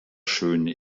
schöne